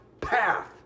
path